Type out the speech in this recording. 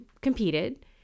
competed